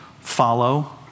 Follow